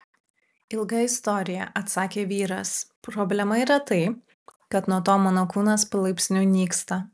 ilga istorija atsakė vyras problema yra tai kad nuo to mano kūnas palaipsniui nyksta